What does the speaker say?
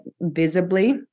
visibly